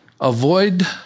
Avoid